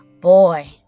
Boy